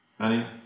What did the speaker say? honey